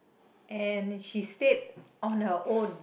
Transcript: and she stayed on her own